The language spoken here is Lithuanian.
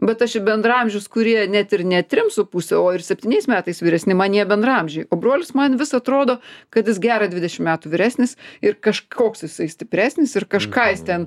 bet aš į bendraamžius kurie net ir ne trim su puse o ir septyniais metais vyresni man jie bendraamžiai o brolis man vis atrodo kad jis gerą dvidešimt metų vyresnis ir kažkoks jisai stipresnis ir kažką jis ten